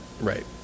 Right